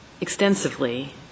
extensively